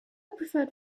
preferred